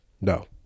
No